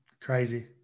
Crazy